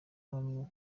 mpamvu